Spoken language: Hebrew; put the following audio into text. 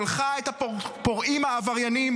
שלחה את הפורעים העבריינים,